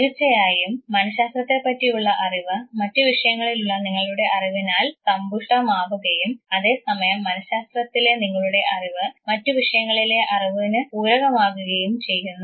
തീർച്ചയായും മനഃശാസ്ത്രത്തെപ്പറ്റിയുള്ള അറിവ് മറ്റു വിഷയങ്ങളിലുള്ള നിങ്ങളുടെ അറിവിനാൽ സമ്പുഷ്ട മാവുകയും അതേസമയം മനഃശാസ്ത്രത്തിലെ നിങ്ങളുടെ അറിവ് മറ്റു വിഷയങ്ങളിലെ അറിവിന് പൂരകമാകുകയും ചെയ്യുന്നു